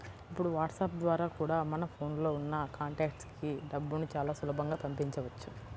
ఇప్పుడు వాట్సాప్ ద్వారా కూడా మన ఫోన్ లో ఉన్న కాంటాక్ట్స్ కి డబ్బుని చాలా సులభంగా పంపించవచ్చు